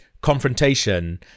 confrontation